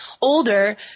older